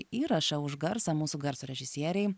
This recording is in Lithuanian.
įrašą už garsą mūsų garso režisierei